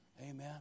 Amen